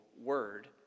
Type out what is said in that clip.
word